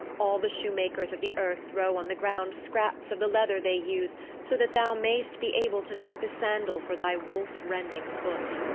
all the shoemakers of the earth throw on the ground scraps of the leather they use so that thou mayst be able to make the sandal for thy wolf-rending foot.